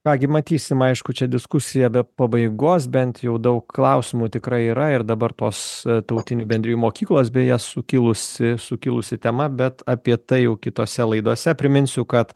ką gi matysim aišku čia diskusija be pabaigos bent jau daug klausimų tikrai yra ir dabar tos tautinių bendrijų mokyklos beje sukilusi sukilusi tema bet apie tai jau kitose laidose priminsiu kad